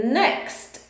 next